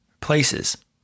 places